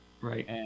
Right